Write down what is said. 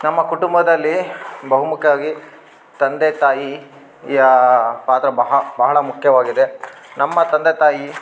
ನಮ್ಮ ಕುಟುಂಬದಲ್ಲಿ ಬಹುಮುಖ್ಯವಾಗಿ ತಂದೆ ತಾಯಿಯ ಪಾತ್ರ ಬಹ ಬಹಳ ಮುಖ್ಯವಾಗಿದೆ ನಮ್ಮ ತಂದೆ ತಾಯಿ